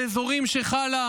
באזורים שחלו